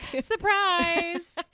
surprise